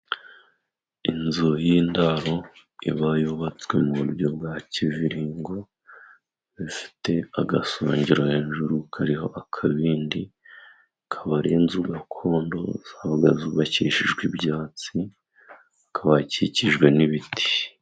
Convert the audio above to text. Inzu y'indaro iba yubatswe mu buryo bwa kiviringo, bifite agasongero hejuru kariho akabindi, akaba ari inzu gakondo zabaga zubakishijwe ibyatsi hakaba hakikijwe n'ibiti.